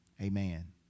Amen